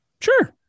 Sure